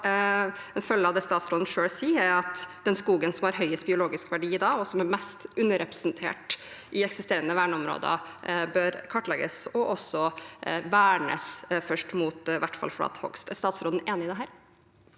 følge av det statsråden selv sier, er at den skogen som har høyest biologisk verdi, og som er mest underrepresentert i eksisterende verneområder, bør kartlegges og også vernes først, i hvert fall mot flatehogst. Er statsråden enig i det?